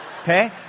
okay